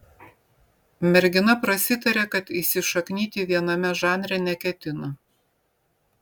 mergina prasitarė kad įsišaknyti viename žanre neketina